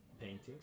paintings